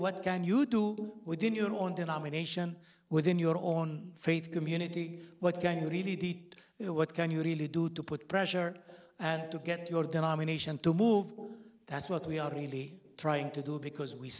what can you do within your own denomination within your own faith community what can you really deep you know what can you really do to put pressure and to get your denomination to move that's what we are really trying to do because we